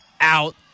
out